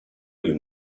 you